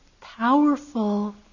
powerful